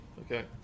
okay